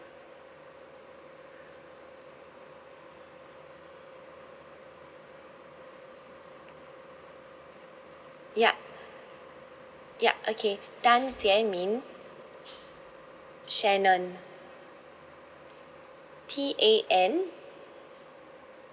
ya yup okay tan jie min shanon T A N